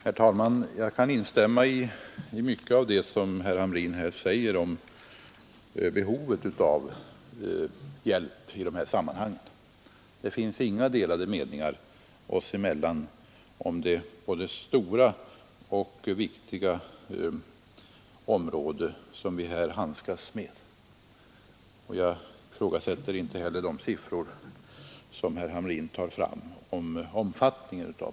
Herr talman! Jag kan instämma i mycket av det som herr Hamrin säger om behovet av hjälp i dessa sammanhang. Det finns delade meningar oss emellan om det både stora och viktiga område som vi här handskas med, och jag ifrågasätter inte heller de siffror som herr Hamrin tar fram om problemens omfattning.